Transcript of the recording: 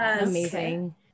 Amazing